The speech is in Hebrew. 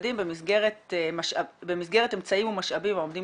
הצדדים במסגרת אמצעים ומשאבים העומדים